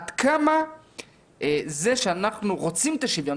עד כמה זה שאנחנו רוצים את השוויון,